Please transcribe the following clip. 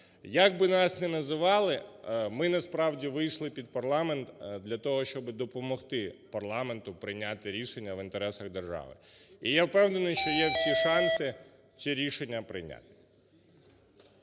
Як би нас не називали, ми насправді вийшли під парламент для того, щоб допомогти парламенту прийняти рішення в інтересах держави. І я впевнений, що є всі шанси ці рішення прийняти.